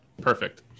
Perfect